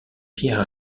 pierre